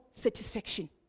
satisfaction